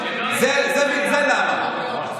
זה למה.